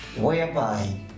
whereby